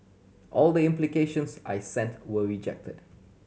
all the applications I sent were rejected